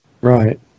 Right